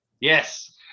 yes